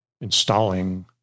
installing